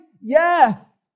Yes